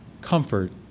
comfort